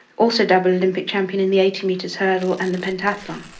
also double olympic champion in the eighty metres hurdle and the pentathlon.